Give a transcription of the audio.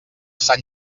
sant